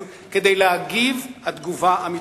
כדי להגיב את התגובה המתבקשת.